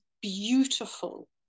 beautiful